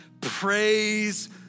praise